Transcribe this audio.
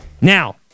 Now